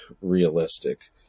realistic